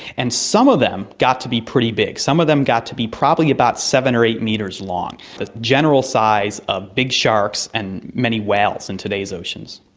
and some of them got to be pretty big, some of them got to be probably about seven or eight metres long, the general size of big sharks and many whales in today's oceans.